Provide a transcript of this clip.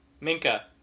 Minka